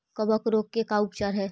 कबक रोग के का उपचार है?